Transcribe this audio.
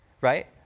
right